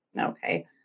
okay